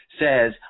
says